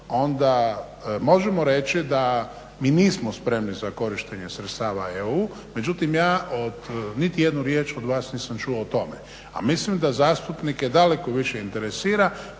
onda možemo reći da mi nismo spremni za korištenje sredstava EU. Međutim, ja od niti jednu riječ od vas nisam čuo o tome a mislim da zastupnike daleko više interesira